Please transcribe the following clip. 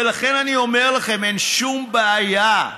ולכן, אני אומר לכם, אין שום בעיה.